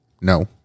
No